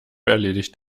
erledigt